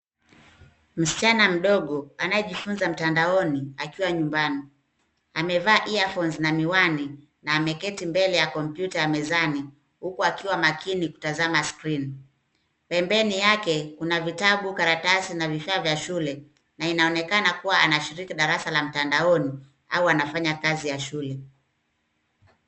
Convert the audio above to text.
Msichana mdogo anajifunza mtandaoni akiwa nyumbani. Amevaa earphones na miwani na ameketi mbele ya kompyuta mezani huku akiwa makini kutazama skrini. Pembeni yake kuna vitabu karatasi na vifaa vya shule na inaonekana kuwa anashiriki darasa la mtandaoni au anafanya kazi ya shule.